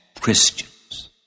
Christians